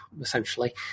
essentially